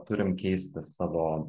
turim keisti savo